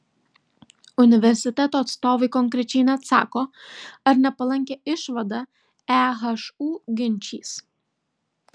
universiteto atstovai konkrečiai neatsako ar nepalankią išvadą ehu ginčys